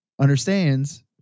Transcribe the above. understands